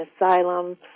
asylum